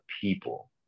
people